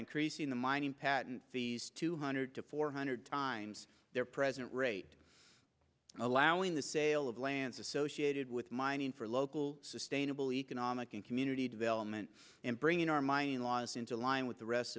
increasing the mining patent these two hundred to four hundred times their present rate allowing the sale of lands associated with mining for local sustainable economic and community development and bring are my in laws into line with the rest